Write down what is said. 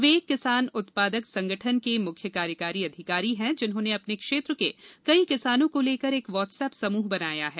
वे एक किसान उत्पादक संगठन के मुख्य कार्यकारी अधिकारी हैं जिन्होंने अपने क्षेत्र के कई किसानों को लेकर एक व्हाट्सएप समूह बनाया है